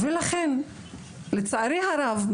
לצערי הרב,